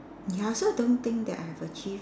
ya I also don't think that I have achieved